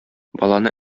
баланы